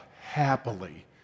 happily